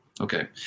Okay